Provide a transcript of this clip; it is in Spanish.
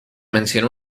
mencionó